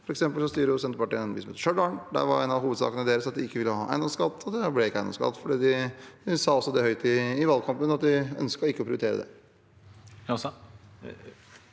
For eksempel styrer Senterpartiet i Stjørdal, og der var en av hovedsakene deres at de ikke ville ha eiendomsskatt, og det ble ikke eiendomsskatt, og de sa også høyt i valgkampen at de ikke ønsket å prioritere det.